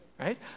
right